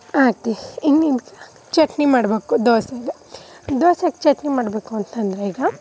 ಆತಿ ಇನ್ನಿ ಚಟ್ನಿ ಮಾಡಬೇಕು ದೋಸೆಗೆ ದೋಸೆಗೆ ಚಟ್ನಿ ಮಾಡಬೇಕು ಅಂತ ಅಂದ್ರೆ ಈಗ